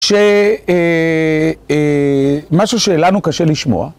שמשהו שלנו קשה לשמוע.